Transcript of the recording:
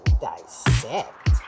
dissect